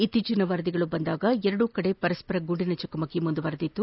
ಇತ್ತೀಚಿನ ವರದಿಗಳು ಬಂದಾಗ ಎರಡೂ ಕಡೆ ಪರಸ್ಪರ ಗುಂಡಿನ ಚಕಮಕಿ ಮುಂದುವರಿದಿತ್ತು